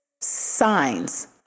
signs